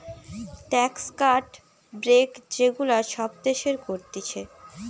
tax cut, break যে গুলা সব দেশের করতিছে